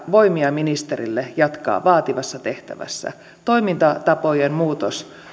voimia ministerille jatkaa vaativassa tehtävässä toimintatapojen muutos